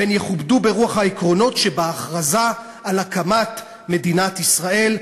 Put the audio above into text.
והן יכובדו ברוח העקרונות שבהכרזה על הקמת מדינת ישראל",